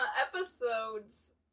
episodes